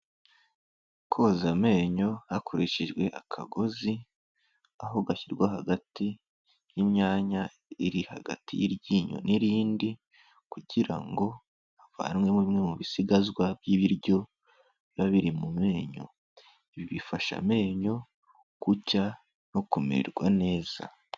Koza amenyo hakoreshejwe akagozi, aho gashyirwa hagati y'imyanya iri hagati y'iryinyo n'irindi kugira ngo havanwemo bimwe mu bisigazwa by'ibiryo biba biri mu menyo, ibi bifasha amenyo gucya no kumererwa neza.